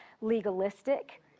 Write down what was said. legalistic